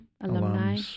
alumni